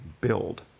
build